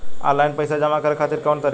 Online पइसा जमा करे खातिर कवन तरीका बा?